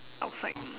outside